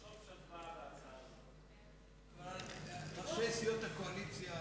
ההצעה להעביר את הצעת חוק כלי